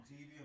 TV